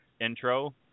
intro